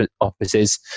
offices